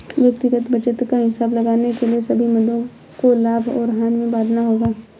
व्यक्तिगत बचत का हिसाब लगाने के लिए सभी मदों को लाभ और हानि में बांटना होगा